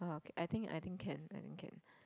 whoa I think I think can I think can